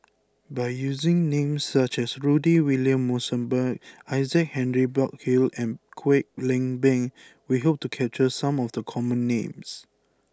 by using names such as Rudy William Mosbergen Isaac Henry Burkill and Kwek Leng Beng we hope to capture some of the common names